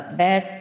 bad